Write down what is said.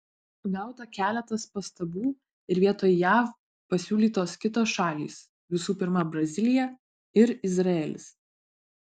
gauta keletas pastabų ir vietoj jav pasiūlytos kitos šalys visų pirma brazilija ir izraelis